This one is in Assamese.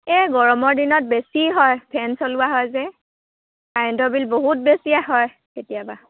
এই গৰমৰ দিনত বেছি হয় ফেন চলোৱা হয় যে কাৰেণ্টৰ বিল বহুত বেছিয়ে হয় কেতিয়াবা